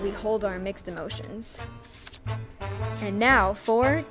we hold our mixed emotions and now fo